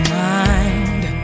mind